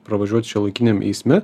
pravažiuoti šiuolaikiniam eisme